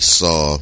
saw